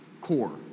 core